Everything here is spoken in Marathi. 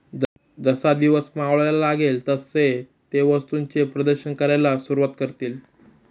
जसा दिवस मावळायला लागेल तसे ते वस्तूंचे प्रदर्शन करायला सुरुवात करतील